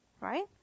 right